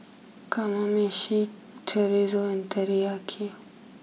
Kamameshi Chorizo and Teriyaki